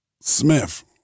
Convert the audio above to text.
Smith